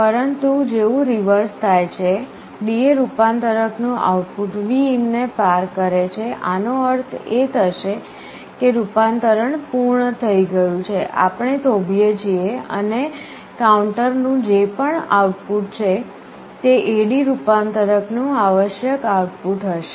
પરંતુ જેવું રિવર્સ થાય છે DA રૂપાંતરક નું આઉટપુટ Vin ને પાર કરે છે આનો અર્થ એ થશે કે રૂપાંતરણ પૂર્ણ થઈ ગયું છે આપણે થોભીએ છીએ અને કાઉન્ટર નું જે પણ આઉટપુટ છે તે AD રૂપાંતરક નું આવશ્યક આઉટપુટ હશે